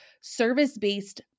service-based